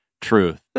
truth